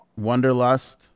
Wonderlust